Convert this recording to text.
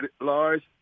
large